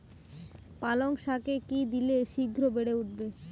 পালং শাকে কি দিলে শিঘ্র বেড়ে উঠবে?